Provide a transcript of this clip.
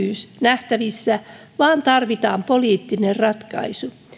nähtävissä vaan tarvitaan poliittinen ratkaisu